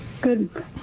Good